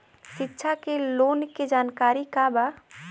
शिक्षा लोन के जानकारी का बा?